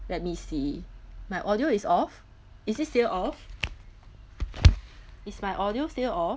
let me see my audio is off is it still off is my audio still off